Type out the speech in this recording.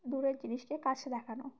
দূরের জিনিসকে কাছে দেখানো